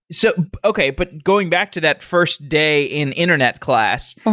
so okay. but going back to that first day in internet class,